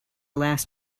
last